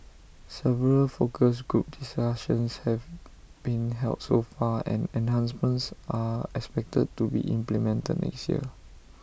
several focus group discussions have been held so far and enhancements are expected to be implemented next year